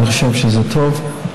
ואני חושב שזה טוב.